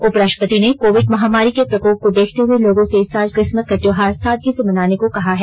उपराष्ट्रपति ने कोविड महामारी के प्रकोप को देखते हुए लोगों से इस साल क्रिसमस का त्योहार सादगी मनाने को भी कहा है